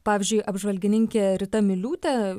pavyzdžiui apžvalgininkė rita miliūtė